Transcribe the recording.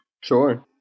Sure